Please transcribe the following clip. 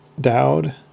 Dowd